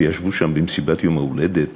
שישבו שם במסיבת יום ההולדת